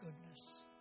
goodness